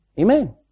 Amen